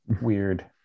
Weird